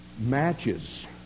matches